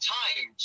time